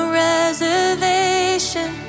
reservation